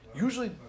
usually